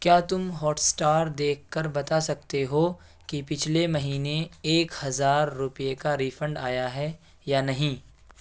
کیا تم Hotstar دیکھ کر بتا سکتے ہو کہ پچھلے مہینے ایک ہزار روپے کا ریفنڈ آیا ہے یا نہیں